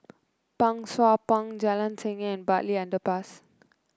Pang Sua Pond Jalan Seni Bartley Underpass